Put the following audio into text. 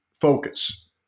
focus